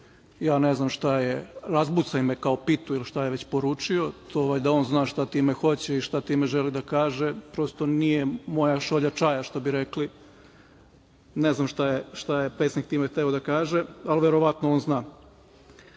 nas kao pitu, razbucaj me kao pitu ili šta je već poručio, to valjda on zna šta time hoće i šta time želi da kaže. Prosto, nije moja šolja čaja, što bi rekli. Ne znam šta je pesnik time hteo da kaže, ali verovatno on zna. Što